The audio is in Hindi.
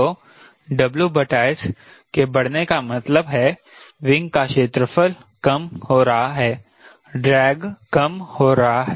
तो WS के बढ़ने का मतलब है विंग का क्षेत्रफल कम हो रहा है ड्रैग कम हो रहा है